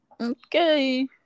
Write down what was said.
Okay